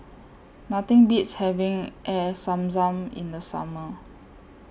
Nothing Beats having Air Zam Zam in The Summer